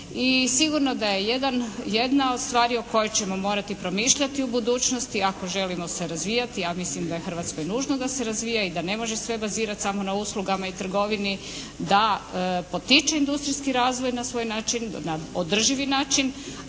i sigurno da je jedna od stvari o kojoj ćemo morati promišljati u budućnosti ako želimo se razvijati a mislim da je Hrvatskoj nužno da se razvija i da ne može sve bazirati samo na uslugama i trgovini, da potiče industrijski razvoj na svoj način, na održivi način